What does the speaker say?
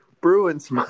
Bruins